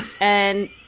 And-